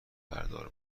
بردار